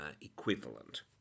equivalent